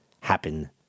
happen